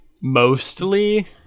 mostly